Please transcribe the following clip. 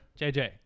JJ